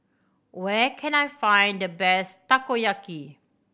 where can I find the best Takoyaki